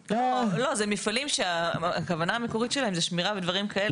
זה מפעלים שהכוונה המקורית שלהם זה שמירה ודברים כאלה.